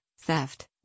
Theft